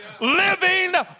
living